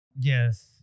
Yes